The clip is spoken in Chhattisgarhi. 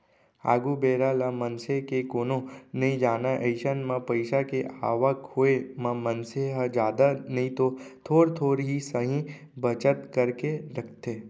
आघु बेरा ल मनसे के कोनो नइ जानय अइसन म पइसा के आवक होय म मनसे ह जादा नइतो थोर थोर ही सही बचत करके रखथे